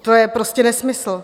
To je prostě nesmysl.